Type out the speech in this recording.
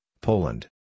Poland